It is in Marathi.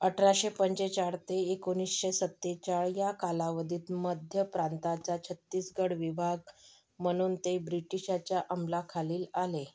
अठराशे पंचेचाळीस ते एकोणीसशे सत्तेचाळीस या कालावधीत मध्य प्रांताचा छत्तीसगड विभाग म्हणून ते ब्रिटीशाच्या अंमलाखाली आले